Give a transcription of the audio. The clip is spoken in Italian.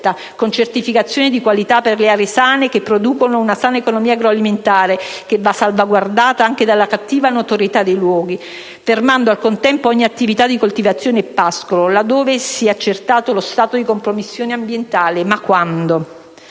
con certificazioni di qualità per le aree sane che producono una sana economia agroalimentare, che va salvaguardata anche dalla cattiva notorietà dei luoghi, fermando al contempo ogni attività di coltivazione e pascolo laddove sia accertato lo stato di compromissione ambientale: ma quando?